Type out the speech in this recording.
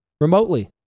Remotely